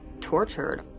tortured